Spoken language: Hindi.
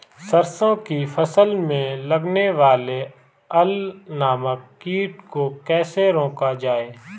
सरसों की फसल में लगने वाले अल नामक कीट को कैसे रोका जाए?